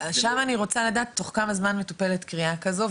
השאר אני רוצה לדעת תוך כמה זמן מטופלת קריאה כזו,